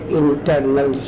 internal